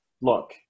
look